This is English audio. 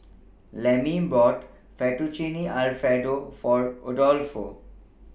Lemmie bought Fettuccine Alfredo For Adolfo